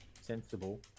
sensible